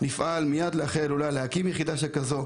להקים מייד אחרי ההילולה יחידה כזו,